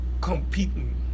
competing